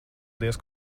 diez